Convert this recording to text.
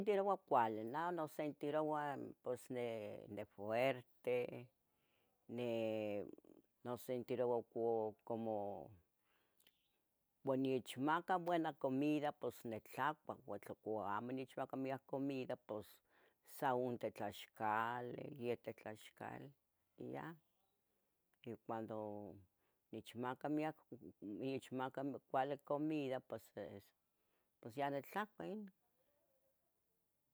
Sentiroua cuali neh nosentiroua pos ni, nifuerte, ni, nosentiroua co, como, ua nechmaca buena comida pos nitlacua, ua tla quo amo nechmacah miac comida pos sa unteh tlaxcali, yeteh tlaxcali y ya, y cuando nechmacah miac nechmaca cuali comida pos es pos ya nitlacua ino.